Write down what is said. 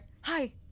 Hi